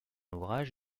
ouvrage